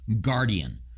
guardian